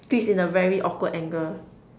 twist in a very awkward angle